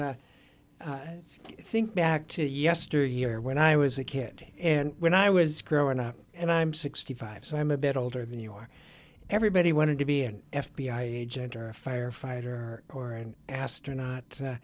think back to yesteryear when i was a kid and when i was growing up and i'm sixty five so i'm a bit older than you are everybody wanted to be an f b i agent or a firefighter or an astronaut